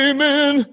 Amen